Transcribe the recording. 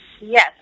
Yes